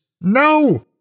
No